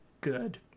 good